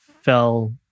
fell